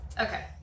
Okay